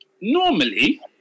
Normally